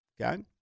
Okay